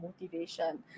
motivation